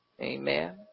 Amen